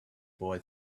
boy